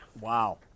Wow